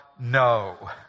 No